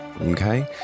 Okay